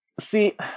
See